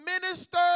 minister